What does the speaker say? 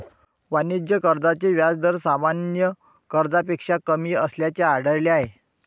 वाणिज्य कर्जाचे व्याज दर सामान्य कर्जापेक्षा कमी असल्याचे आढळले आहे